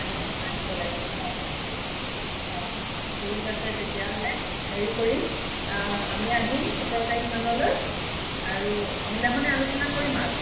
আহিব লাগিব হয় হয় ঠিক আছে তেতিয়াহ'লে হেৰি কৰিম আমি আহিম সোতৰ তাৰিখ মানলৈ আৰু সেইদিনাখনেই আলোচনা কৰিম আৰু